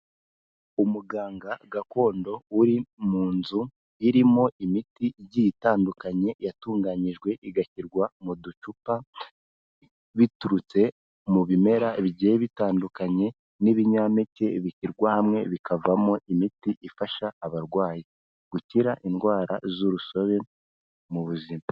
Umuganga gakondo uri mu nzu irimo imiti igiye itandukanye yatunganyijwe igashyirwa mu ducupa, biturutse mu bimera bigiye bitandukanye n'ibinyampeke bishyirwa hamwe bikavamo imiti ifasha abarwayi gukira indwara z'urusobe mu buzima.